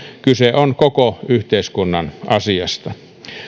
kyse on koko yhteiskunnan asiasta